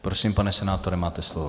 Prosím, pane senátore, máte slovo.